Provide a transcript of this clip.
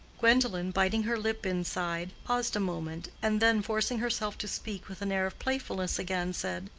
gwendolen, biting her lip inside, paused a moment, and then forcing herself to speak with an air of playfulness again, said,